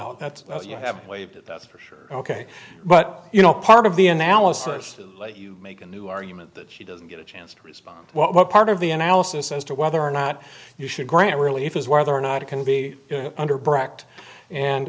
out that you have waived that that's for sure ok but you know part of the analysis let you make a new argument that she doesn't get a chance to respond what part of the analysis as to whether or not you should grant relief is whether or not it can be under